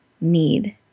need